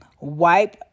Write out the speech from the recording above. Wipe